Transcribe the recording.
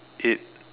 it